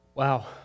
Wow